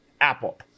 Apple